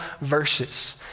verses